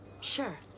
Sure